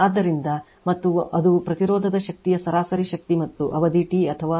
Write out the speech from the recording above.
ಆದ್ದರಿಂದ ಮತ್ತು ಅದು ಪ್ರತಿರೋಧಕದ ಶಕ್ತಿಯ ಸರಾಸರಿ ಶಕ್ತಿ ಮತ್ತುಅವಧಿ T ಅಥವಾ 1 ಅಥವಾ 1 F ಎಂದು ಕರೆಯುತ್ತೇವೆ